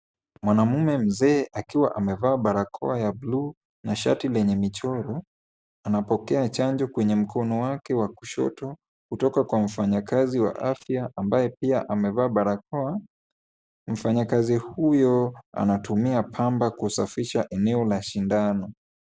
Mwanaume mzee akiwa amevaa barakoa ya blue na shati lenye michoro ,anapokea chanjo kwenye mkono wake wa kushoto kutoka kwa mfanyikazi wa afya ambaye pia amevaa barakoa. Mfanyikazi huyo anatumia pamba kusafisha eneo la sindano.